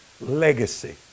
legacy